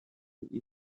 easily